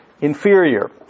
inferior